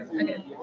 Okay